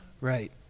Right